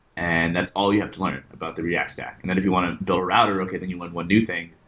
and that's all you have to learn about the react stack. and and if you want to build a router, okay, then you want a new thing.